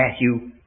Matthew